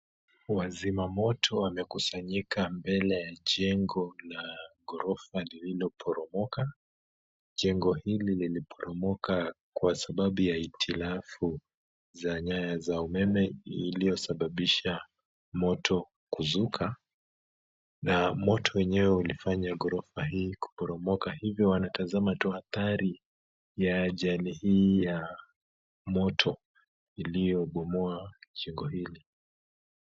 Wazima moto wamekusanyika mbele ya jengo la ghorofa lililoporomoka. Jengo hili liliporomoka kwa sababu ya hitilafu za nyaya za umeme iliyosababisha moto kuzuka na moto wenyewe ulifanya ghorofa hili kuporomoka hivyo wanatazama tu hatari ya ajali hii ya moto iliyobomoa jengo hili.